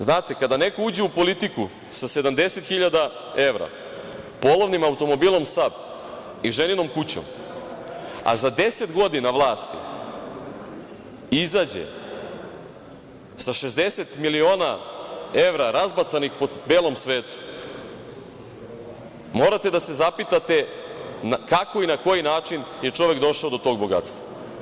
Znate, kada neko uđe u politiku sa 70 hiljada evra, polovnim automobilom „Sab“ i ženinom kućom, a za 10 godina vlasti izađe sa 60 miliona evra razbacanim po belom svetu morate da se zapitate kako i na koji način je čovek došao do tog bogatstva?